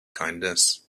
kindness